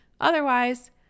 otherwise